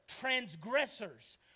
Transgressors